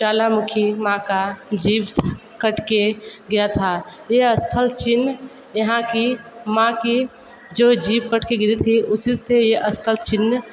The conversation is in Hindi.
ज्वालामुखी माँ का जीभ कट के गया था ये स्थल चिह्न यहाँ की माँ की जो जीभ कट के गिरी थी उसी से ये स्थल चिन्ह